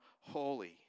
holy